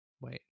wait